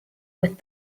with